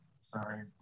Sorry